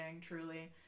truly